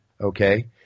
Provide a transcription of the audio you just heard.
Okay